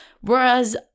whereas